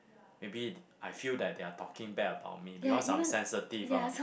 maybe I feel that they're talking bad about me because I'm sensitive ah